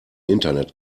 internet